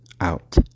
out